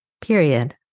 period